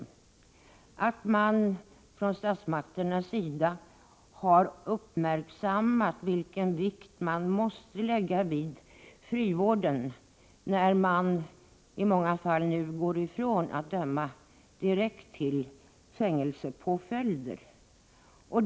Vi har konstaterat att man från statsmaktens sida har uppmärksammat vilken vikt som måste läggas vid frivården, när man i många fall nu går ifrån att döma direkt till fängelsepåföljder.